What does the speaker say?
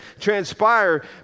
transpire